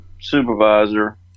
supervisor